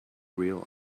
real